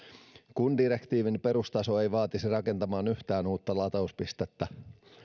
kun direktiivin perustaso ei vaatisi rakentamaan yhtään uutta latauspistettä